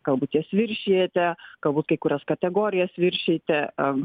galbūt jas viršijate galbūt kai kurias kategorijas viršijate